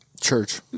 church